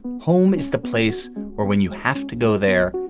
home is the place where when you have to go there,